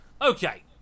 okay